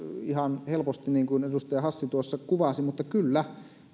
ihan helposti niin kuin edustaja hassi tuossa kuvasi mutta kyllä